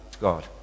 God